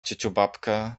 ciuciubabkę